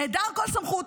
נעדר כל סמכות,